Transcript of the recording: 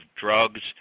drugs